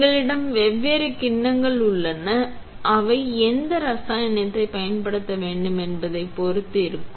எங்களிடம் வெவ்வேறு கிண்ணங்கள் உள்ளன அவை எந்த ரசாயனத்தைப் பயன்படுத்த வேண்டும் என்பதைப் பொறுத்து இருக்கும்